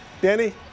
Danny